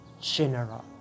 general